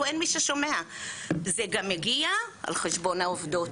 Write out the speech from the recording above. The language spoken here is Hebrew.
אין מי ששומע זה גם מגיע על חשבון העובדות,